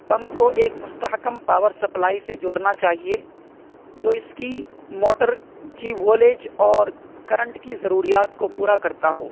pump کو ایک مستحکم پاور سپلائی سے جوڑنا چاہیے جو اس کی موٹر کی والج اور کرنٹ کی ضروریات کو پورا کرتا ہو